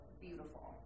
beautiful